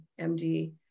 MD